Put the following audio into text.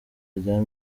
rya